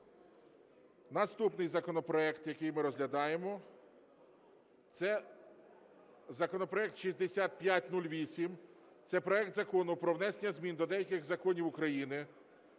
Наступний законопроект, який ми розглядаємо, це законопроект 6508. Це проект Закону про внесення змін до деяких законів України